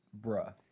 bruh